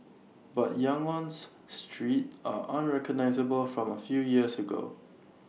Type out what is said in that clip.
but Yangon's streets are unrecognisable from A few years ago